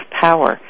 power